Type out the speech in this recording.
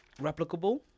replicable